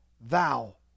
thou